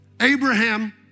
Abraham